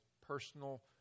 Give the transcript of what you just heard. personal